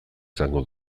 izango